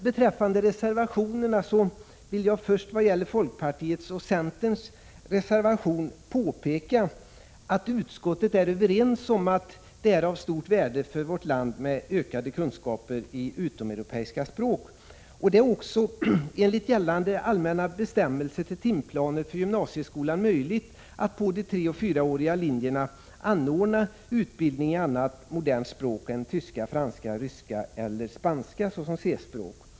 Beträffande reservationerna vill jag först vad gäller folkpartiets och centerns reservation påpeka att utskottet är överens om att det är av stort värde för vårt land med ökade kunskaper i utomeuropeiska språk. Det är också enligt gällande allmänna bestämmelser om timplaner för gymnasieskolan möjligt att på treeller fyraåriga linjer anordna utbildning i annat modernt språk än tyska, franska, ryska eller spanska såsom C-språk.